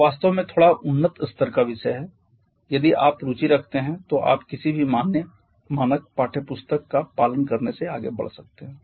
यह वास्तव में थोड़ा उन्नत स्तर का विषय है यदि आप रुचि रखते हैं तो आप किसी भी मानक पाठ्यपुस्तक का पालन करने से आगे बढ़ सकते हैं